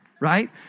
right